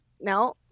no